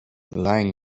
lying